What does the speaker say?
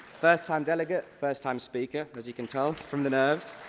first time delegate. first time speaker, as you can tell from the nerves!